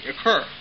occur